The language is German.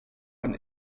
ein